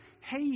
Hey